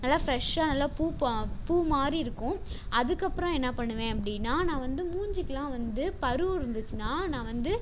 நல்ல ஃப்ரெஷ்ஷாக நல்ல பூ பூ மாதிரி இருக்கும் அதுக்கப்புறம் என்ன பண்ணுவேன் அப்படின்னா நான் வந்து மூஞ்சிக்கெல்லாம் வந்து பரு இருந்துச்சுன்னா நான் வந்து